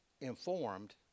informed